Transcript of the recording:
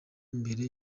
imbere